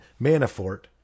Manafort